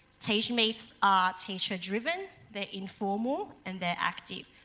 teachmeets are teacher driven, they're informal and they're active.